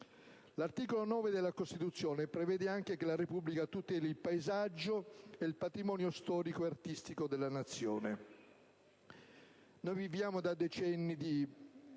L'articolo 9 della Costituzione prevede anche che la Repubblica tuteli il paesaggio e il patrimonio storico e artistico della Nazione. Veniamo da decenni di